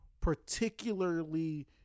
particularly